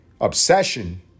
obsession